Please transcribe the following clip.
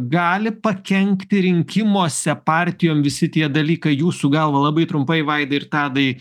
gali pakenkti rinkimuose partijom visi tie dalykai jūsų galva labai trumpai vaida ir tadai